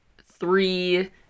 three